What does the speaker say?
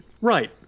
Right